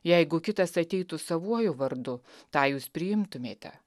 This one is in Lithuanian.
jeigu kitas ateitų savuoju vardu tą jūs priimtumėte